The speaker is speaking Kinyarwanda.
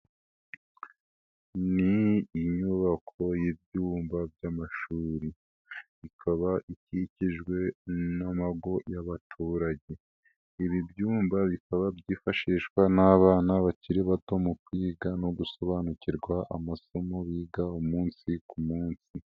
Ni inyubako y'ibyumba by'amashuri, ikaba ikikijwe n'amago y'abaturage. Ibi byumba bikaba byifashishwa n'abana bakiri bato mu kwiga no gusobanukirwa amasomo biga umunsi ku munsi.